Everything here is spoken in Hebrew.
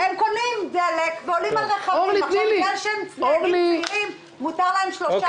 צריך לזכור שראש הממשלה שלח את שר